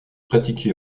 pratiqué